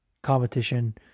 Competition